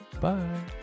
Bye